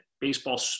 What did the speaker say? baseball